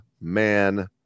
man